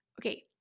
Okay